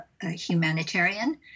humanitarian